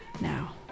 now